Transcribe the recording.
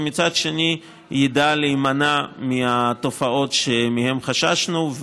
ומצד שני ידע להימנע מהתופעות שמהן חששנו.